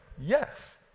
yes